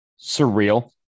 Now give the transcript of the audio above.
Surreal